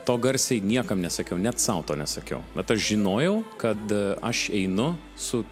to garsiai niekam nesakiau net sau to nesakiau bet aš žinojau kad aš einu su